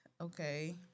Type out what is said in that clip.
okay